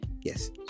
yes